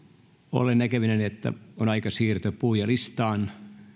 olen näkevinäni että on aika siirtyä puhujalistaan